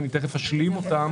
שתיכף אשלים אותם,